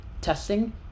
testing